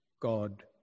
God